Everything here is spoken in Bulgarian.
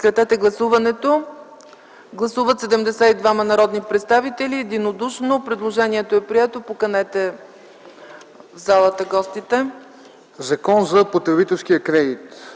„Закон за потребителския кредит.”